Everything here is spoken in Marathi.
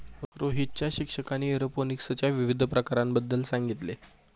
रोहितच्या शिक्षकाने एरोपोनिक्सच्या विविध प्रकारांबद्दल सांगितले